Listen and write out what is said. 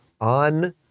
on